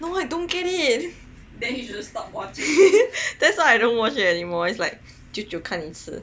no I don't get it that's why I don't watch it anymore it's like 久久看一次